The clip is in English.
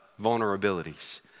vulnerabilities